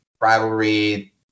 rivalry